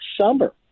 summer